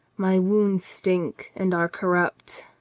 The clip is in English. my wounds stink and are cor rupt